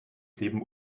kleben